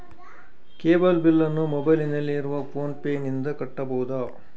Cable ಬಿಲ್ಲನ್ನು ಮೊಬೈಲಿನಲ್ಲಿ ಇರುವ ಫೋನ್ ಪೇನಿಂದ ಕಟ್ಟಬಹುದಾ?